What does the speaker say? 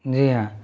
जी हाँ